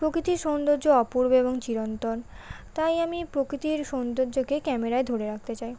প্রকৃতির সৌন্দর্য অপূর্ব এবং চিরন্তন তাই আমি প্রকৃতির সৌন্দর্যকে ক্যামেরায় ধরে রাখতে চাই